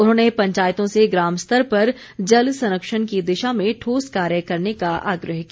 उन्होंने पंचायतों से ग्राम स्तर पर जल संरक्षण की दिशा में ठोस कार्य करने का आग्रह किया